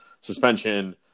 suspension